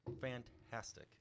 fantastic